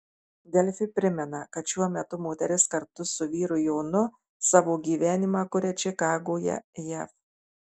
delfi primena kad šiuo metu moteris kartu su vyru jonu savo gyvenimą kuria čikagoje jav